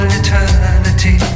eternity